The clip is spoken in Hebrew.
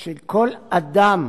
של כל אדם